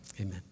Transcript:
Amen